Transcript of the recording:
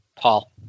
Paul